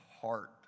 heart